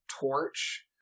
torch